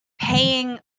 paying